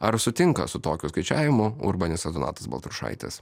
ar sutinkat su tokiu skaičiavimu urbanistas donatas baltrušaitis